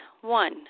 One